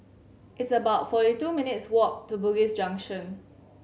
it's about forty two minutes' walk to Bugis Junction